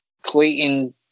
Clayton